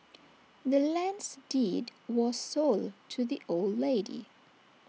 the land's deed was sold to the old lady